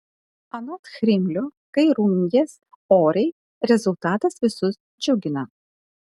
anot chrimlio kai rungies oriai rezultatas visus džiugina